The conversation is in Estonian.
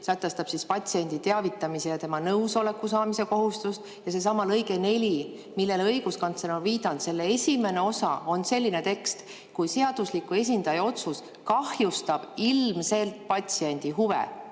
766 sätestab patsiendi teavitamise ja tema nõusoleku saamise kohustuse. Ja seesama lõige 4, millele õiguskantsler on viidanud, selle [keskel] on selline tekst: kui seadusliku esindaja otsus kahjustab ilmselt patsiendi huve,